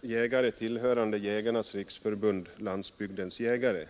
jägare tillhörande Jägarnas riksförbund-Landsbygdens jägare.